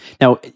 Now